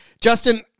Justin